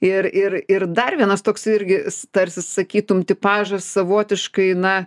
ir ir ir dar vienas toks irgi tarsi sakytum tipažas savotiškai na